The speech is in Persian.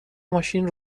ماشین